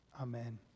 Amen